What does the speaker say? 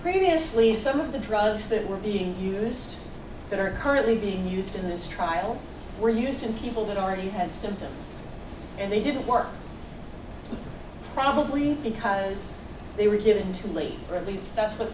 previously some of the drugs that were being used that are currently being used in this trial were used in people that already had them and they didn't work probably because they were given too late or at least that's what